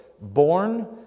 born